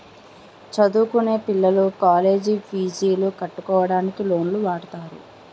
చదువుకొనే పిల్లలు కాలేజ్ పీజులు కట్టుకోవడానికి లోన్లు వాడుతారు